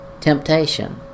temptation